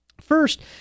First